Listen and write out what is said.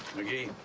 mcgee,